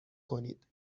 کنید